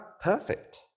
perfect